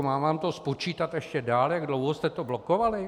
Mám vám to spočítat ještě dál, jak dlouho jste to blokovali?